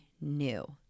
new